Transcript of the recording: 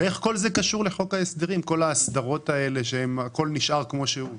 איך כל זה קשור לחוק ההסדרים כל ההסדרות האלה שהכול נשאר כמו שהוא?